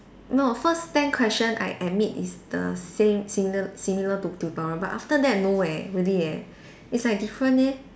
no first ten question I admit it's the same similar similar to tutorial but after that no eh really eh it's like different eh